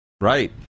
Right